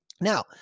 Now